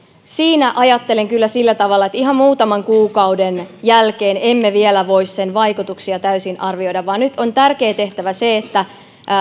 siinä ajattelen kyllä sillä tavalla että ihan muutaman kuukauden jälkeen emme vielä voi sen vaikutuksia täysin arvioida vaan nyt on tärkeä tehtävä se että